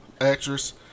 actress